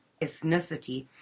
ethnicity